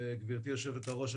גברתי היושבת-ראש,